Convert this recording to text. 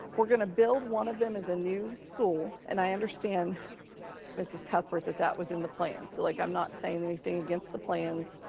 we're gonna build one of them as a new school. and i understand mrs. cuthbert, that that was in the plan. so like, i'm not saying anything against the plans,